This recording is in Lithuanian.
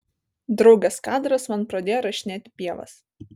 draugės kadras man pradėjo rašinėti pievas